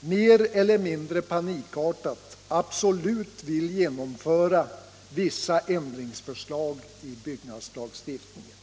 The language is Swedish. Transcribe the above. mer eller mindre panikartat, absolut vill genomföra vissa ändringsförslag i byggnadslagstiftningen.